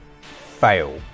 fail